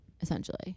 essentially